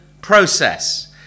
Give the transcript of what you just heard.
process